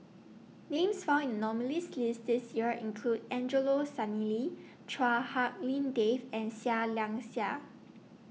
Names found in nominees' list This Year include Angelo Sanelli Chua Hak Lien Dave and Seah Liang Seah